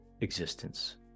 existence